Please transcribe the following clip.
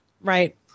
right